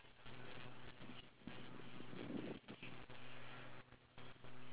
about the people that are around us to start a conversation